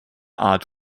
art